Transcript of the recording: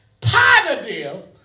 positive